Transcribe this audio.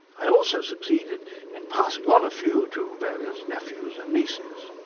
i also succeeded in passing on a few to various nephews and nieces.